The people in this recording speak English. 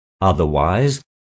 Otherwise